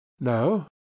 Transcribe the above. no